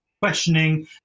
questioning